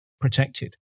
protected